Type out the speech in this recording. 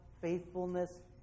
faithfulness